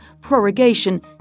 prorogation –